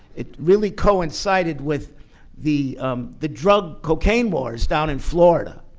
it really coincided with the the drug cocaine wars down in florida.